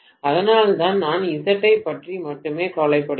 அதனால்தான் நான் Z ஐப் பற்றி மட்டுமே கவலைப்படுகிறேன்